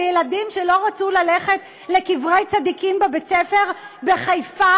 וילדים שלא רצו ללכת לקברי צדיקים בבית-ספר בחיפה,